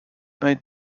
made